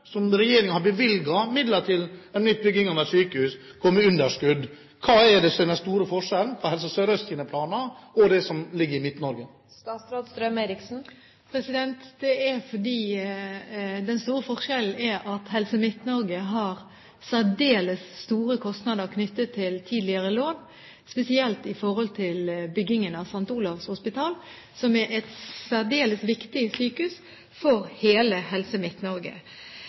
har bevilget midler til bygging av nytt sykehus, går med underskudd. Hva er den store forskjellen på Helse Sør-Østs planer og det som ligger i Midt-Norge? Den store forskjellen er at Helse Midt-Norge har særdeles store kostnader knyttet til tidligere lån, spesielt i forhold til byggingen av St. Olavs hospital, som er et særdeles viktig sykehus for hele Helse